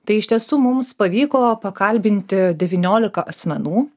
tai iš tiesų mums pavyko pakalbinti devyniolika asmenų